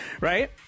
Right